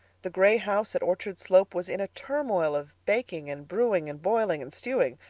the gray house at orchard slope was in a turmoil of baking and brewing and boiling and stewing,